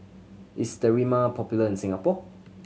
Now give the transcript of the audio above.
is Sterimar popular in Singapore